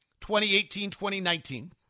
2018-2019